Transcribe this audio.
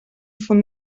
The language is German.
von